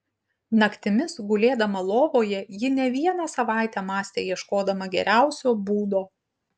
naktimis gulėdama lovoje ji ne vieną savaitę mąstė ieškodama geriausio būdo